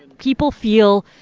people feel,